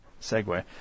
segue